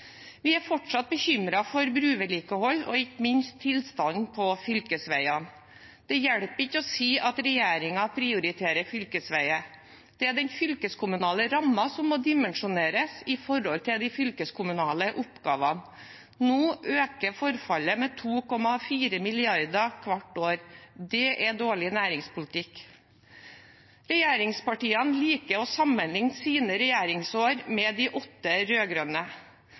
Vi er fortsatt bekymret for brovedlikeholdet og ikke minst for tilstanden på fylkesveiene. Det hjelper ikke å si at regjeringen prioriterer fylkesveier. Det er den fylkeskommunale rammen som må dimensjoneres i forhold til de fylkeskommunale oppgavene. Nå øker forfallet med 2,4 mrd. kr hvert år. Det er dårlig næringspolitikk. Regjeringspartiene liker å sammenligne sine regjeringsår med de åtte